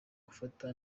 gufata